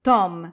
Tom